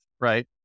right